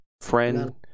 friend